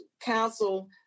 council